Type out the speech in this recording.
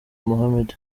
mohammed